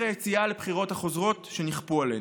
היציאה לבחירות החוזרות שנכפו עלינו.